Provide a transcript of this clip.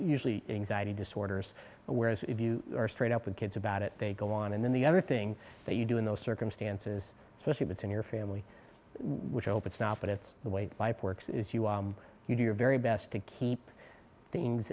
usually anxiety disorders whereas if you are straight up with kids about it they go on and then the other thing that you do in those circumstances so sleep it's in your family which i hope it's not but it's the way life works is you you do your very best to keep things